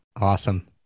Awesome